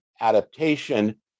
adaptation